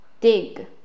dig